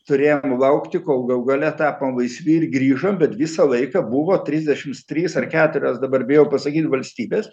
turėjom laukti kol galų gale tapom laisvi ir grįžom bet visą laiką buvo trisdešims trys ar keturios dabar bijau pasakyt valstybės